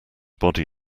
body